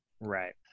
Right